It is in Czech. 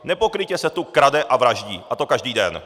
Nepokrytě se tu krade a vraždí, a to každý den.